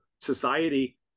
society